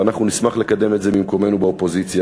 ואנחנו נשמח לקדם את זה ממקומנו באופוזיציה,